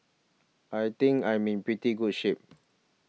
I think I'm in pretty good shape